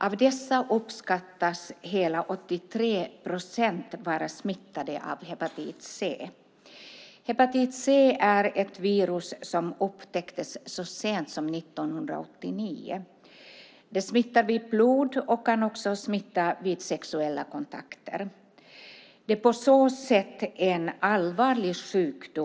Av dessa uppskattas hela 83 procent vara smittade av hepatit C. Hepatit C är ett virus som upptäcktes så sent som 1989. Det smittar via blod och kan också smitta via sexuella kontakter.